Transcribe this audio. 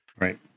right